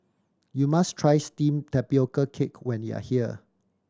you must try steamed tapioca cake when you are here